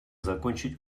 закончить